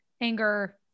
anger